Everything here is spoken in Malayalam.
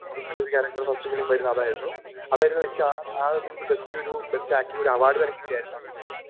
നമുക്ക് നല്ലൊരു ക്യാരക്ടർ ഫസ്റ്റ് ഫിലിം വരുന്ന അതായിരുന്നു അതായിരുന്നു എനിക്ക് ആ ആ ഇതിൽ ബെസ്റ്റൊരു ബെസ്റ്റാക്ടർ അവാർഡ് വരെ കിട്ടിയാരുന്നു ആ ഫിലിമില് എനിക്ക്